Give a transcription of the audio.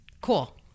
Cool